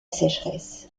sécheresse